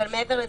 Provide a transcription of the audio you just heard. אבל מעבר לזה,